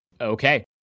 Okay